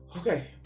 Okay